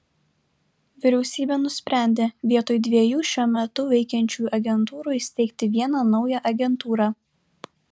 vyriausybė nusprendė vietoj dviejų šiuo metu veikiančių agentūrų įsteigti vieną naują agentūrą